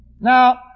Now